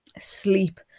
Sleep